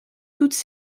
toutes